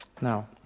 Now